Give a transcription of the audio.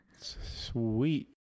Sweet